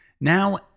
now